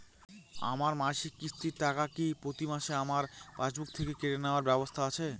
আমার মাসিক কিস্তির টাকা কি প্রতিমাসে আমার পাসবুক থেকে কেটে নেবার ব্যবস্থা আছে?